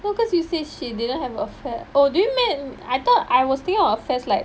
well because you say she didn't have affair oh do you mean I thought I was thinking of affairs like